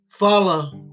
follow